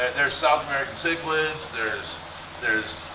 and there's south american cichlids, there's there's